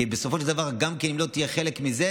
כי בסופו של דבר אם לא תהיה חלק מזה,